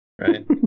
right